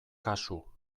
kasu